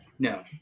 No